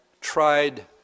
tried